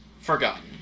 forgotten